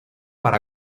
para